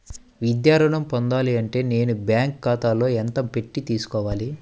విద్యా ఋణం పొందాలి అంటే నేను బ్యాంకు ఖాతాలో ఎంత పెట్టి తీసుకోవాలి?